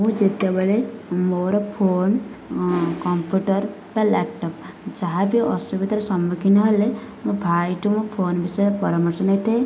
ମୁଁ ଯେତେବେଳେ ମୋର ଫୋନ୍ କମ୍ପ୍ୟୁଟର ବା ଲ୍ୟାପଟପ୍ ଯାହା ବି ଅସୁବିଧାର ସମ୍ମୁଖୀନ ହେଲେ ମୋ ଭାଇଠୁ ମୁଁ ଫୋନ୍ ବିଷୟରେ ପରାମର୍ଶ ନେଇଥାଏ